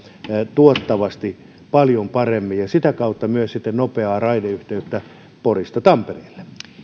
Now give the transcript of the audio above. tuottavasti ja ja sitä kautta myös sitten nopean raideyhteyden porista tampereelle